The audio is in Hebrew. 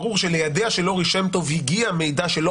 ברור שלידיה של לורי שם טוב הגיע מידע שלא